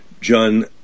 John